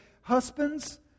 Husbands